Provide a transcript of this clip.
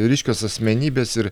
ryškios asmenybės ir